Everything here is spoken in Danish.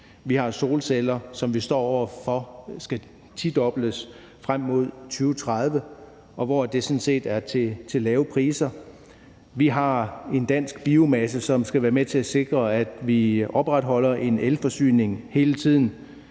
Vi har solceller, som vi står over for skal tidobles frem mod 2030, og hvor det sådan set er til lave priser. Vi har en dansk biomasse, som skal være med til at sikre, at vi opretholder en elforsyning hele tiden.